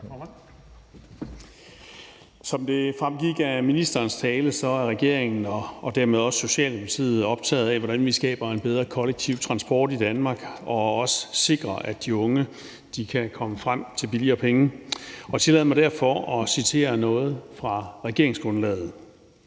Som det fremgik af ministerens tale, er regeringen og dermed også Socialdemokratiet optaget af, hvordan vi skaber en bedre kollektiv transport i Danmark og også sikrer, at de unge kan komme frem til billigere penge. Og tillad mig derfor at citere noget fra regeringsgrundlaget: